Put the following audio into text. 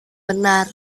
benar